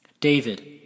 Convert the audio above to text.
David